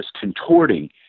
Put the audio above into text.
contorting